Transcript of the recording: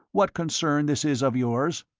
what concern this is of yours?